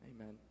Amen